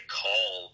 call